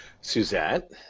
Suzette